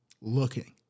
looking